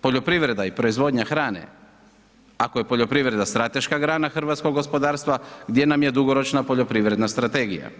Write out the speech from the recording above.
Poljoprivreda i proizvodnja hrane, ali je poljoprivreda strateška grana hrvatskog gospodarstva gdje nam je dugoročna poljoprivredna strategija